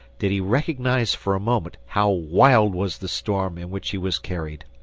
did he recognise for a moment how wild was the storm in which he was carried,